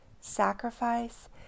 sacrifice